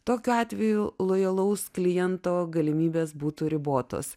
tokiu atveju lojalaus kliento galimybės būtų ribotos